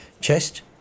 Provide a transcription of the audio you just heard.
chest